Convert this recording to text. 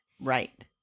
Right